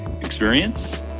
experience